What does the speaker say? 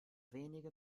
wenige